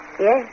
Yes